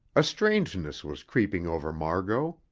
a strangeness was creeping over margot.